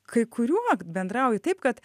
kai kuriuo bendrauji taip kad